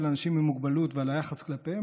אנשים עם מוגבלויות ועל היחס כלפיהם,